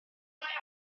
mae